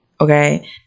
Okay